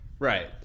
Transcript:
Right